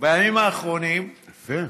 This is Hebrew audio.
בימים האחרונים, יפה.